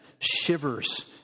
shivers